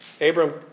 Abram